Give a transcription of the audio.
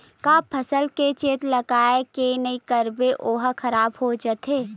का फसल के चेत लगय के नहीं करबे ओहा खराब हो जाथे?